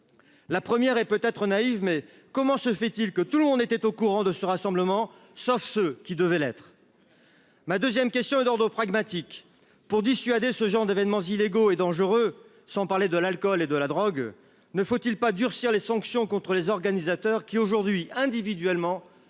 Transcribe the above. La première et peut être naïve, mais comment se fait-il que tout le monde était au courant de ce rassemblement, sauf ceux qui devait l'être. Ma 2ème question Eduardo pragmatique pour dissuader ce genre d'événements illégaux et dangereux. Sans parler de l'alcool et de la drogue. Ne faut-il pas durcir les sanctions contre les organisateurs qui aujourd'hui individuellement